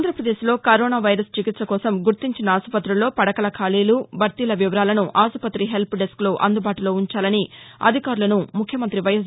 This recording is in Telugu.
ఆంధ్రప్రదేశ్లో కరోనా వైరస్ చికిత్స కోసం గుర్తించిన ఆస్పతుల్లో పడకల ఖాళీలు భర్తీల వివరాలను ఆస్పత్రి హెల్ప్డిస్క్లో అందుబాటులో వుంచాలని అధికారులను ముఖ్యమంతి వైఎస్